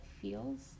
feels